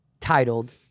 titled